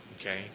Okay